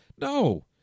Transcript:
No